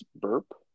burp